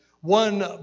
One